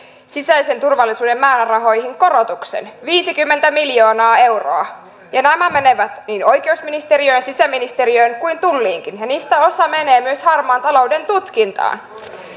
sisäisen turvallisuuden määrärahoihin korotuksen viisikymmentä miljoonaa euroa ja nämä menevät niin oikeusministeriöön sisäministeriöön kuin tulliinkin niistä niistä osa menee myös harmaan talouden tutkintaan